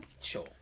sure